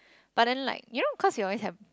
but then like you know cause you always have